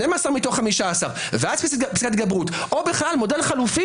12 מתוך 15 ואז פסקת התגברות או בכלל מודל חלופי